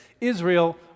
Israel